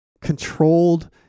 controlled